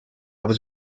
was